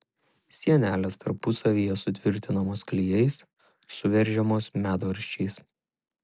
sienelės tarpusavyje sutvirtinamos klijais suveržiamos medvaržčiais